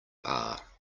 are